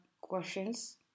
questions